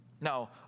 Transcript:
Now